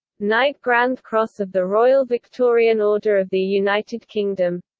knight grand cross of the royal victorian order of the united kingdom